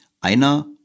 einer